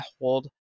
hold